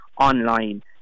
online